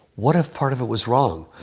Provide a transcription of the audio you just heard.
what if part of it was wrong?